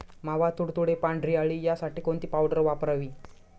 मावा, तुडतुडे, पांढरी अळी यासाठी कोणती पावडर वापरावी?